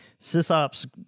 sysops